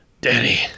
daddy